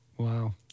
Wow